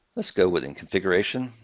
let's go within configuration,